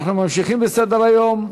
אנחנו ממשיכים בסדר-היום: